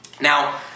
Now